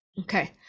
okay